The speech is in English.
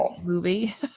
movie